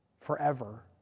forever